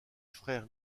frères